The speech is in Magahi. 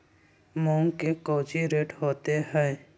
मूंग के कौची रेट होते हई?